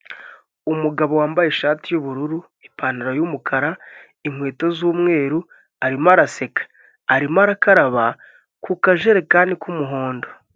Umugabo wambaye ishati y'ubururu ipantaro y'umukara inkweto z'umweru arimo araseka, arimo arakaraba ku kajerekani k'umuhondo.